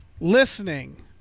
listening